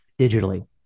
digitally